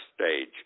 stage